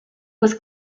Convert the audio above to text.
was